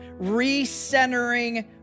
recentering